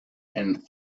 and